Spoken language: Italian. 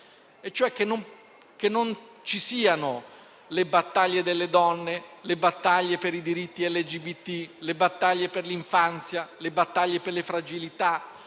pensava che non ci fossero le battaglie delle donne, le battaglie per i diritti LGBT, le battaglie per l'infanzia, le battaglie per le fragilità,